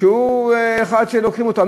שהוא אחד שלוקחים אותו.